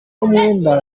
umwenda